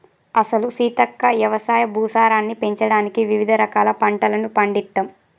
అసలు సీతక్క యవసాయ భూసారాన్ని పెంచడానికి వివిధ రకాల పంటలను పండిత్తమ్